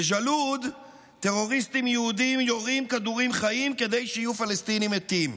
בג'אלוד טרוריסטים יהודים יורים כדורים חיים כדי שיהיו פלסטינים מתים,